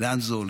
לאן זה הולך.